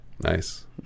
Nice